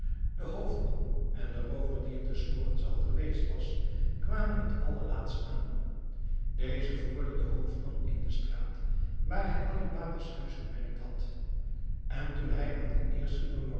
de hoofdman en de roover die er des morgens al geweest was kwamen het allerlaatst aan deze voerde den hoofdman in de straat waar hij ali baba's huis gemerkt had en toen hij aan de